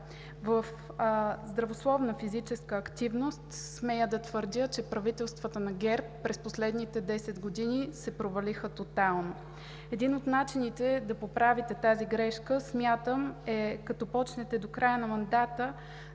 в здравословна физическа активност смея да твърдя, че правителствата на ГЕРБ през последните десет години се провалиха тотално. Един от начините да поправите тази грешка, смятам, е, като започнете до края на мандата